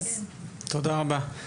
תודה רבה.